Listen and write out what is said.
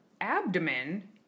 abdomen